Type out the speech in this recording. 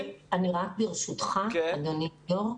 -- אני רק ברשותך אדוני היו"ר,